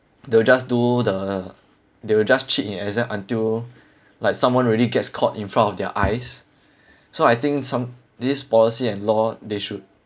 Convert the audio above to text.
they'll just do the they will just cheat in exam until like someone already gets caught in front of their eyes so I think some this policy and law they should